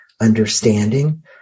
understanding